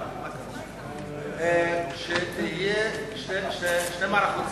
יהיו שתי מערכות סינון.